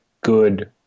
good